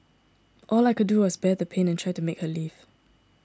all I like do was bear the pain and try to make her leave